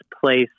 place